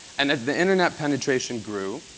and as the internet penetration grew